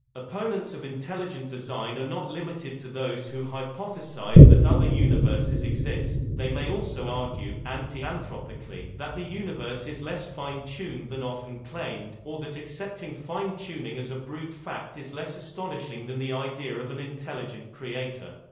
opponents of intelligent design are not limited to those who hypothesize that other universes exist they may also argue, anti-anthropically, that the universe is less fine-tuned than often claimed, or that accepting fine tuning as a brute fact is less astonishing than the idea of an intelligent creator.